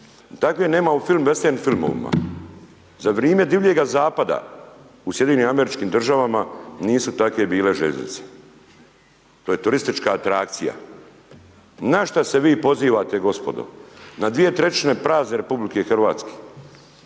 takve nema u film, vestern filmovima, za vrijeme Divljega zapada u SAD nisu take bile željeznice, to je turistička atrakcija. Na šta se vi pozivate gospodo na dvije trećine prazne RH, dvije trećine.